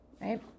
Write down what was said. right